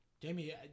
Jamie